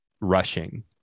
rushing